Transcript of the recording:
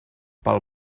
pel